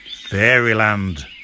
Fairyland